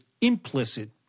implicit